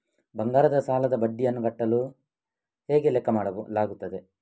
ಬಂಗಾರದ ಸಾಲದ ಬಡ್ಡಿಯನ್ನು ಕಟ್ಟಲು ಹೇಗೆ ಲೆಕ್ಕ ಮಾಡಲಾಗುತ್ತದೆ?